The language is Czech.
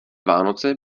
vánoce